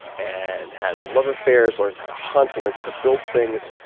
and has love affairs, learns how to hunt, learns how to build things,